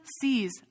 sees